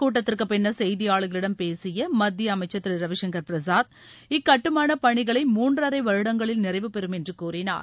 கூட்டத்திற்கு பின்னர் செய்தியாளர்களிடம் பேசிய மத்திய அமைச்சர் திரு ரவிசங்கர் பிரசாத் இக்கட்டுமான பணிகளை மூன்றரை வருடங்களில் நிறைவு பெறும் என்று கூறினார்